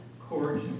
court